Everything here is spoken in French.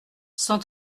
cent